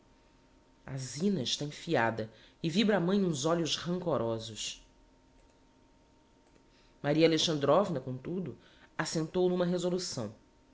a zina está enfiada e vibra á mãe uns olhos rancorosos maria alexandrovna comtudo assentou n'uma resolução